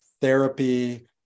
therapy